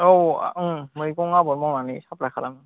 औ ओंं मैगं आबाद मावनानै साप्लाय खालामो